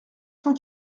cent